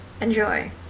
Enjoy